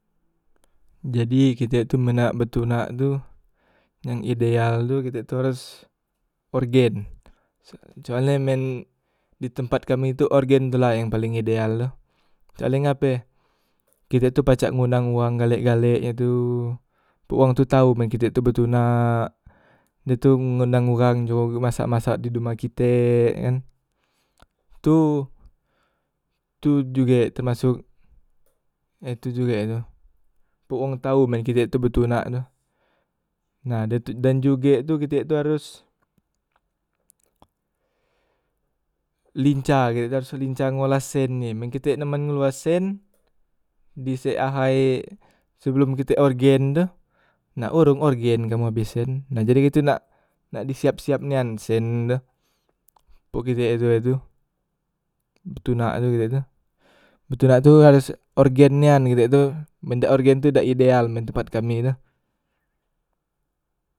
Jadi kite tu men nak betunak tu, yang ideal tu kite tu haros orgen, soal e men di tempat kami tu orgen tu la yang paleng ideal tu, soalnye ngape kite tu pacak ngundang uwang galek- galek e tu, pok wang tu tau men kite tu betunak, dah tu ngundang uwang jugo masak- masak di dumah kitek kan tu, tu juge termasok e tu juge tu pok wong tau men kite tu betunak tu, nah da tu dan juge kite tu haros lincah kite tu haros lincah ngola sen e, men kite neman ngelua sen di sek ahai sebelom kite orgen tu, na orong orgen kamu abes sen nah jadi kite tu nak di siap- siap nian sen tu pok kite tuetue tu, betunak tukite tu, betunak tu harus orgen nian kite tu men dak orgen tu dak ideal men tempat kami tu.